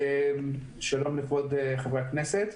שלום לכבוד חברי הכנסת.